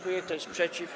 Kto jest przeciw?